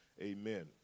amen